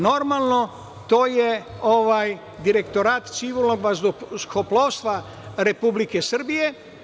Normalno to je Direktorat civilnog vazduhoplovstva Republike Srbije.